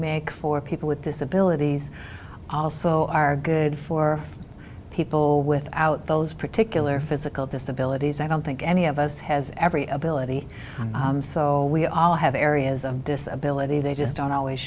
make for people with disabilities also are good for people without those particular physical disabilities i don't think any of us has every ability so we all have areas of disability they just don't always